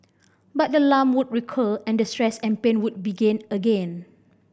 but the lump would recur and the stress and pain would begin again